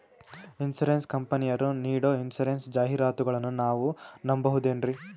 Insurance ಕಂಪನಿಯರು ನೀಡೋ insurance ಜಾಹಿರಾತುಗಳನ್ನು ನಾವು ನಂಬಹುದೇನ್ರಿ?